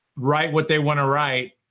write what they want to write,